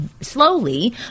slowly